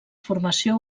formació